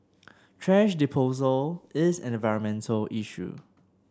thrash disposal is an environmental issue